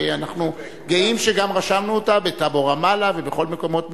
ואנחנו גאים שרשמנו אותן בטאבו רמאללה ובכל המקומות בארץ.